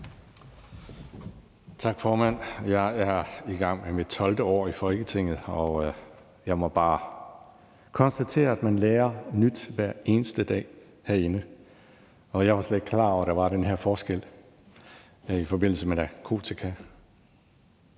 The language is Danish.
Tak, formand. Jeg er i gang med mit 12. år i Folketinget, og jeg må bare konstatere, at man lærer nyt hver eneste dag herinde. Jeg var slet ikke klar over, at der var den her forskel i forbindelse med